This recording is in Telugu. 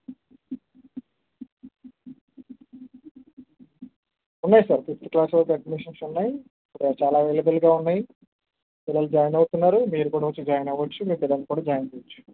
ఉన్నాయి సార్ ఫిఫ్త్ క్లాస్ వరకు అడ్మిషన్స్ ఉన్నాయి చాలా అవైలబుల్ గా ఉన్నాయి పిల్లలు జాయిన్ అవుతున్నారు మీరు కూడా వచ్చి జాయిన్ అవ్వచ్చు మీ పిల్లల్ని కూడా జాయిన్ చేయవచ్చు